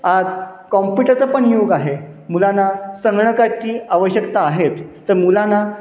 आज कॉम्प्युटरचं पण युग आहे मुलांना संगणकाची आवश्यकता आहेत तर मुलांना